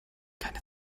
keine